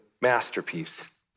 masterpiece